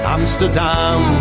Amsterdam